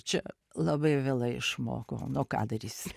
čia labai vėlai išmokau nu ką darysi